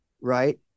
right